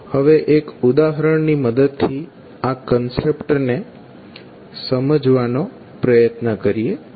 ચાલો હવે એક ઉદાહરણની મદદથી આ કન્સેપ્ટ ને સમજવાનો પ્રયત્ન કરીએ